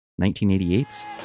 1988's